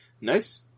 Nice